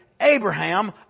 Abraham